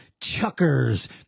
Chuckers